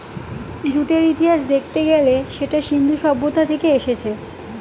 জুটের ইতিহাস দেখতে গেলে সেটা সিন্ধু সভ্যতা থেকে এসেছে